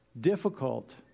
difficult